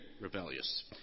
rebellious